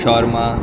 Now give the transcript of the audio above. shawarma